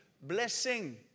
blessing